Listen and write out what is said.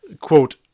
quote